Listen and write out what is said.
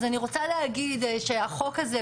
אז אני רוצה להגיד שהחוק הזה,